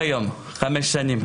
היום הכול מאוד קשה.